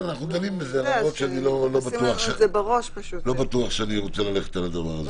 לא בטוח שאני רוצה ללכת על זה.